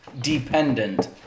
dependent